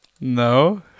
no